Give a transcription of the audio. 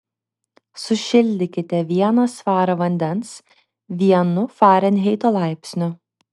sušildykite vieną svarą vandens vienu farenheito laipsniu